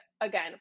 again